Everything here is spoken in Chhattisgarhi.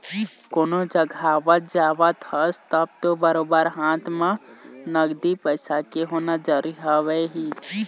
कोनो जघा आवत जावत हस तब तो बरोबर हाथ म नगदी पइसा के होना जरुरी हवय ही